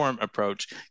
approach